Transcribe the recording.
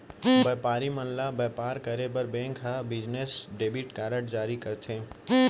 बयपारी मन ल बयपार करे बर बेंक ह बिजनेस डेबिट कारड जारी करथे